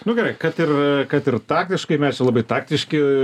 nu gerai kad ir kad ir taktiškai mes jau labai taktiški